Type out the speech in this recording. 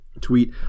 tweet